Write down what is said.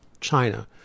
China